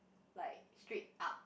like straight up